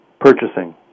Purchasing